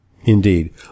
Indeed